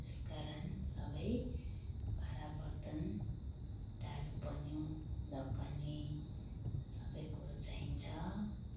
यस कारण सबै भाँडाबर्तन डाडु पन्यु ढकनी सबै कुरो चाहिन्छ